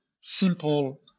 simple